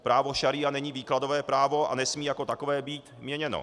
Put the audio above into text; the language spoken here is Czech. Právo šaría není výkladové právo a nesmí jako takové být měněno.